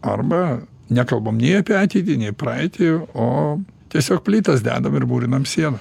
arba nekalbam nei apie ateitį nei praeitį o tiesiog plytas dedam ir mūrinam sieną